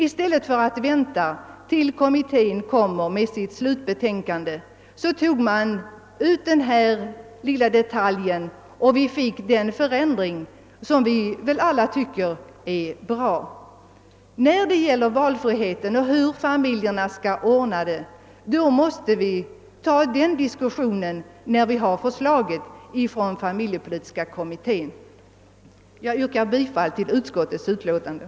I stället för att vänta tills kommittén lämnat sitt slutbetänkande tog man ut denna detalj och fick till stånd en uppmjukning av reglerna. Diskussionen om valfriheten och om hur familjerna skall ordna det för sig får vi föra när vi har fått förslaget från familjepolitiska kommittén. Jag yrkar bifall till utskottets hemställan.